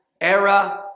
era